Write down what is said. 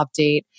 update